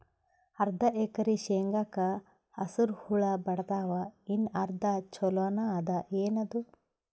ಅರ್ಧ ಎಕರಿ ಶೇಂಗಾಕ ಹಸರ ಹುಳ ಬಡದಾವ, ಇನ್ನಾ ಅರ್ಧ ಛೊಲೋನೆ ಅದ, ಏನದು?